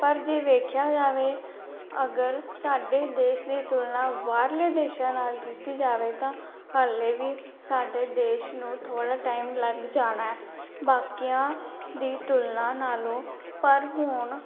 ਪਰ ਜੇ ਵੇਖਿਆ ਜਾਵੇ ਅਗਰ ਸਾਡੇ ਦੇਸ਼ ਦੀ ਤੁਲਨਾ ਬਾਹਰਲੇ ਦੇਸ਼ਾਂ ਨਾਲ ਕੀਤੀ ਜਾਵੇ ਤਾਂ ਹਾਲੇ ਵੀ ਸਾਡੇ ਦੇਸ਼ ਨੂੰ ਥੋੜ੍ਹਾ ਟਾਈਮ ਲੱਗ ਜਾਣਾ ਬਾਕੀਆਂ ਦੀ ਤੁਲਨਾ ਨਾਲੋਂ ਪਰ ਹੁਣ